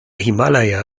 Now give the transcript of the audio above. himalaya